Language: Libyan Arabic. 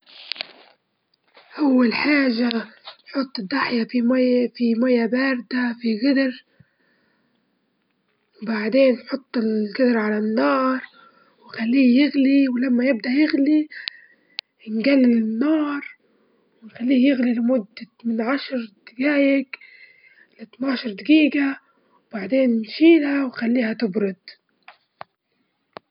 بفضل البرودة الشديدة، لإن بتقدر تلبس ملابس دافئة وتقيلة وتكون مرتاح تجعد في مكان ميوصلش فيه هواء وتتجل على روحك، لكن الحر الشديد صعب التحمل ممكن يسبب تعب ويسبب ملل في بعض الأحيان.